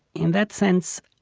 in that sense,